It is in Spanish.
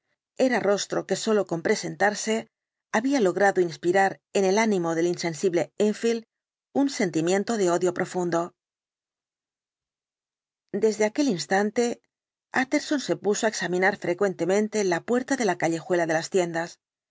era rostro que sólo con presentarse había logrado inspirar en el ánimo del insensible enfield un sentimiento de odio profundo desde aquel instante utterson se puso á examinar frecuentemente la puerta de la callejuela de las tiendas